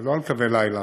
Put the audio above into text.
זה לא על קווי לילה.